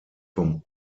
vom